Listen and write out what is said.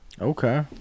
Okay